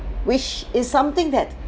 which is something that